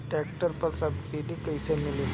Tractor पर subsidy कैसे मिली?